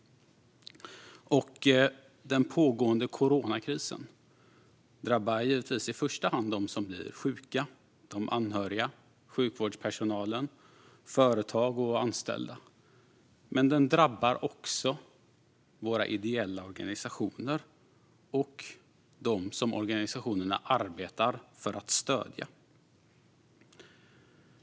Den pågående coronakrisen drabbar givetvis i första hand dem som blir sjuka, de anhöriga, sjukvårdspersonalen, företag och anställda. Men den drabbar också våra ideella organisationer och dem som organisationerna arbetar för att stödja.